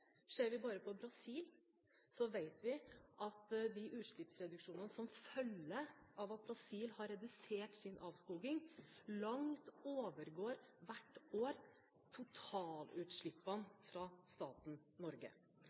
Ser vi på Brasil, vet vi at de utslippsreduksjonene som følger av at Brasil har redusert sin avskoging, hvert år langt overgår totalutslippene fra staten Norge.